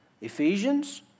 Ephesians